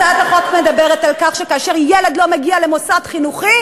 הצעת החוק מדברת על כך שכאשר ילד לא מגיע למוסד חינוכי,